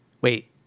Wait